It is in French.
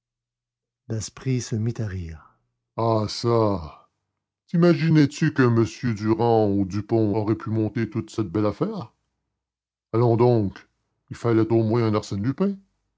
daspry se mit à rire ah ça timaginais tu qu'un m durand ou dupont aurait pu monter toute cette belle affaire allons donc il fallait au moins un arsène lupin